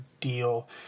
deal